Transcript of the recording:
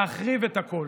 להחריב את הכול?